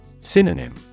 Synonym